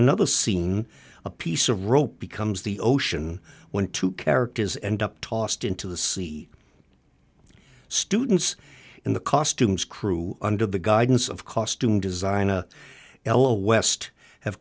another scene a piece of rope becomes the ocean when two characters end up tossed into the sea students in the costumes crew under the guidance of costume design a l a west have